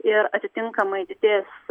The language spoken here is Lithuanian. ir atitinkamai didės